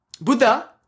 Buddha